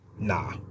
Nah